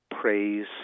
praise